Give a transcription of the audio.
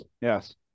Yes